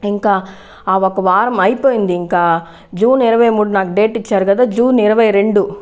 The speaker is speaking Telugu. ఇంకా ఆ ఒక వారం అయిపోయింది ఇంకా జూను ఇరవై మూడు నాకు డేట్ ఇచ్చారు కదా జూను ఇరవై రెండు